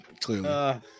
clearly